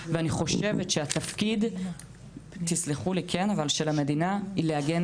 ואני חושבת שהתפקיד של המדינה הוא להגן